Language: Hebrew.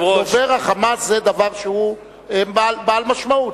דובר ה"חמאס" זה דבר שהוא בעל משמעות.